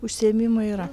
užsiėmimų yra